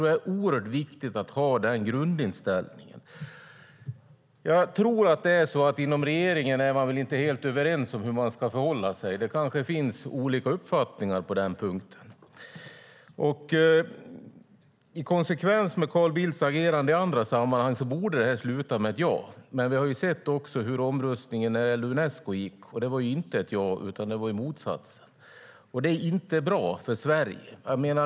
Jag tror att man inom regeringen inte är helt överens om hur man ska förhålla sig. Det kanske finns olika uppfattningar på den punkten. I konsekvens med Carl Bildts agerande i andra sammanhang borde detta sluta med ett ja. Men vi har sett hur omröstningen slutade när det gällde Unesco, och då var det inte ett ja utan motsatsen. Det är inte bra för Sverige.